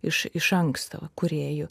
iš iš anksto kūrėju